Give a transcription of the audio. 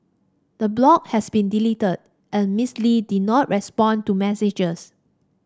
the blog has been deleted and Miss Lee did not respond to messages